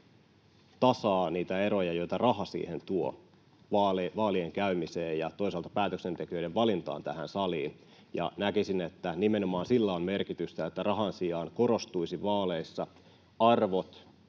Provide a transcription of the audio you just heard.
tasaa niitä eroja, joita raha tuo vaalien käymiseen ja toisaalta päätöksentekijöiden valintaan tähän saliin. Näkisin, että nimenomaan sillä on merkitystä, että rahan sijaan vaaleissa